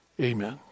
amen